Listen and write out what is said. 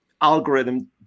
algorithm